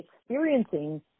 experiencing